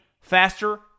faster